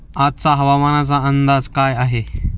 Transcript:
आजचा हवामानाचा अंदाज काय आहे?